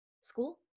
School